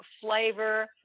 flavor